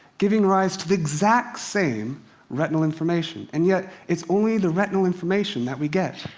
giving rise to the exact same retinal information. and yet it's only the retinal information that we get.